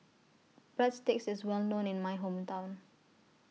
Breadsticks IS Well known in My Hometown